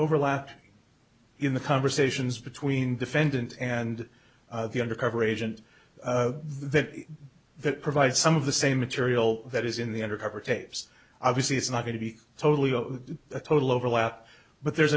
overlap in the conversations between defendant and the undercover agent then that provides some of the same material that is in the undercover tapes obviously it's not going to be totally a total overlap but there's